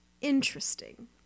Interesting